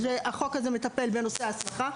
החוק הזה מטפל בנושא ההסמכה.